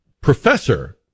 professor